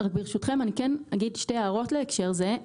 ברשותכם, אני כן אעיר שתי הערות להקשר זה.